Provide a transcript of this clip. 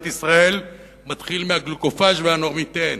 ישראל מתחיל מה"גלוקופאז'" וה"נורמיטן",